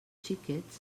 xiquets